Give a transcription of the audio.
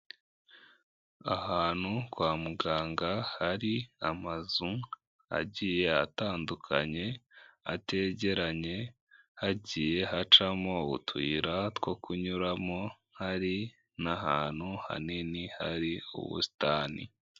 Ahantu kwa muganga hari amazu agiye atandukanye ategeranye, hagiye hacamo utuyira two kunyuramo, hari n'ahantu hanini hari ubusitani.